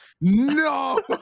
No